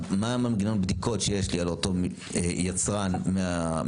מה מנגנון הבדיקות שיש לי על אותו יצרן מהשטחים,